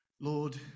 Lord